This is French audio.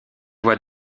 voit